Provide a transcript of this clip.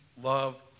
love